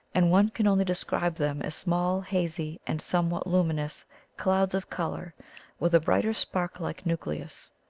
and one can only describe them as small, hazy, and somewhat luminous clouds of colour with a brighter spark-like nucleus.